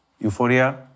Euphoria